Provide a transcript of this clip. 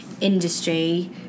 industry